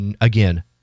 again